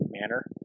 manner